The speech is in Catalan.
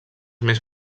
més